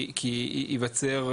כי ייווצר,